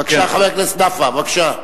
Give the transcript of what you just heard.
בבקשה, חבר הכנסת סעיד נפאע, בבקשה.